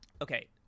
okay